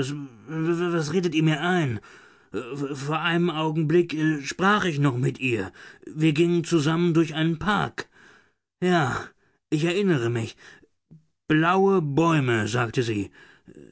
was redet ihr mir ein vor einem augenblick sprach ich noch mit ihr wir gingen zusammen durch einen park ja ich erinnere mich blaue bäume sagte sie